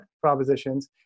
propositions